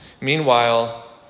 Meanwhile